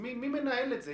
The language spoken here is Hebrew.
מי מנהל את זה?